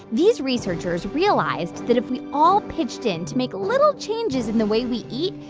these researchers realized that if we all pitched in to make little changes in the way we eat,